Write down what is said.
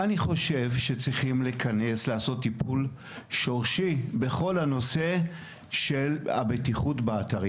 אני חושב שצריך לעשות טיפול שורשי בכל נושא הבטיחות באתרים.